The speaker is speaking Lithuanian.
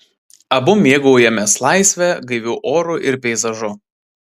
abu mėgaujamės laisve gaiviu oru ir peizažu